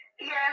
Yes